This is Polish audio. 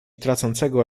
tracącego